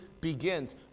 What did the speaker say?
begins